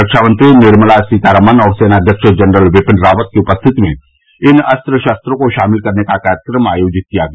रक्षामंत्री निर्मला सीतारमन और सेनाध्यक्ष जनरल बिपिन रावत की उपस्थिति में इन अस्त्र शस्त्रों को शामिल करने का कार्यक्रम आयोजित किया गया